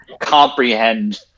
comprehend